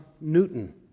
Newton